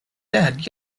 dead